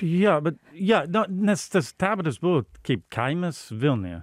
jo bet ja na nes tas taboras buvo kaip kaimas vilniuje